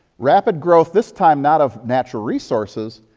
rapid growth, this time not of natural resources,